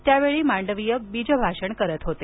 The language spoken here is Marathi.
त्यावेळी मांडवीय बीजभाषण करत होते